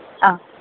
ಆಂ